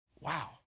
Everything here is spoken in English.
Wow